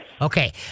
Okay